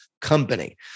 company